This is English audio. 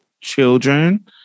children